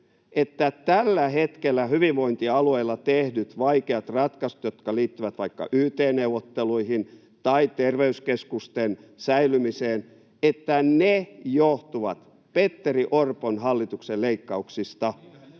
että tällä hetkellä hyvinvointialueilla tehdyt vaikeat ratkaisut, jotka liittyvät vaikka yt-neuvotteluihin tai terveyskeskusten säilymiseen, johtuvat Petteri Orpon hallituksen leikkauksista.